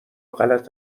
غلط